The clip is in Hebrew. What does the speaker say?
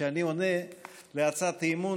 כשאני עונה על הצעת אי-אמון,